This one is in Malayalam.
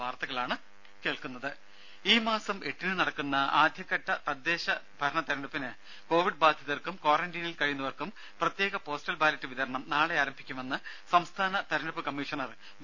രുര ഈ മാസം എട്ടിന് നടക്കുന്ന ആദ്യഘട്ട തദ്ദേശ ഭരണതെരഞ്ഞെടുപ്പിന് കോവിഡ് ബാധിതർക്കും ക്വാറന്റീനിൽ കഴിയുന്നവർക്കും പ്രത്യേക പോസ്റ്റൽ ബാലറ്റ് വിതരണം നാളെ ആരംഭിക്കുമെന്ന് സംസ്ഥാന തെരഞ്ഞെടുപ്പ് കമ്മീഷണർ വി